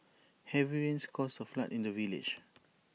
heavy rains caused A flood in the village